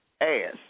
ass